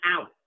out